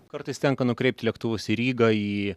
kartais tenka nukreipti lėktuvus į rygą į